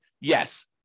yes